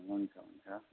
हुन्छ हुन्छ